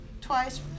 Twice